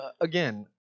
again